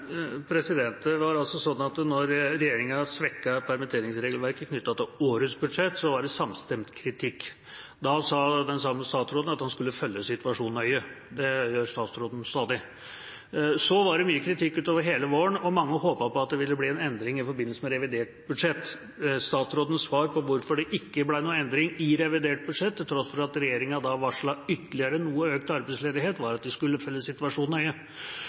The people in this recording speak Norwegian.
Det var sånn at da regjeringa svekket permitteringsregelverket knyttet til årets budsjett, kom det samstemt kritikk. Da sa den samme statsråden at han skulle følge situasjonen nøye – det gjør statsråden stadig. Så kom det mye kritikk ut over hele våren, og mange håpet på at det ville bli en endring i forbindelse med revidert budsjett. Statsrådens svar på hvorfor det ikke ble noen endring i revidert budsjett, til tross for at regjeringa varslet ytterligere noe økt arbeidsledighet, var at den skulle følge situasjonen nøye.